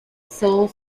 sole